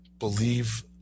believe